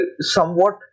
somewhat